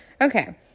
Okay